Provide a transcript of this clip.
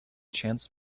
chance